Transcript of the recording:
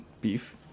beef